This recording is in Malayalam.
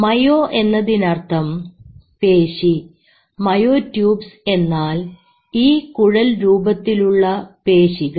മയോ എന്നതിനർത്ഥം പേശി മയോ ട്യൂബ്സ് എന്നാൽ ഈ കുഴൽ രൂപത്തിലുള്ള പേശികൾ